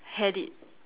had it